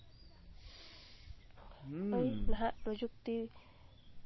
ᱳᱭ ᱱᱟᱦᱟᱜ ᱯᱨᱚᱡᱩᱠᱛᱤ